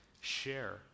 share